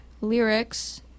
lyrics